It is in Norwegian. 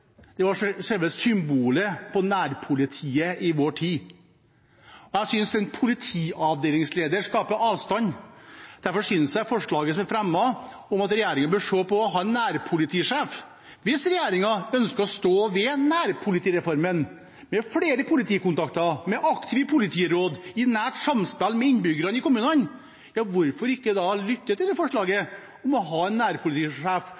selve symbolet på nærpolitiet i vår tid. Jeg synes tittelen «politiavdelingsleder» skaper avstand. Derfor synes jeg regjeringen bør se på forslaget som er fremmet om tittelen «nærpolitisjef». Hvis regjeringen ønsker å stå ved nærpolitireformen med flere politikontakter, med aktive politiråd i nært samspill med innbyggerne i kommunene, hvorfor ikke da lytte til forslaget om å ha en nærpolitisjef